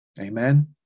Amen